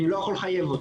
אני לא יכול לחייב אותו.